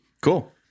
Cool